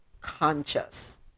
conscious